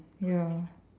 ya